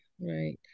Right